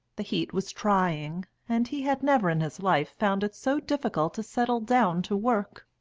the heat was trying, and he had never in his life found it so difficult to settle down to work.